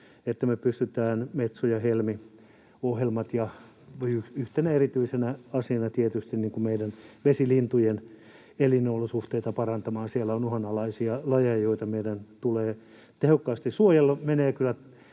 että me pystytään Metso- ja Helmi-ohjelmat pitämään ja — yhtenä erityisenä asiana — tietysti meidän vesilintujemme elinolosuhteita parantamaan. Siellä on uhanalaisia lajeja, joita meidän tulee tehokkaasti suojella.